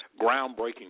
groundbreaking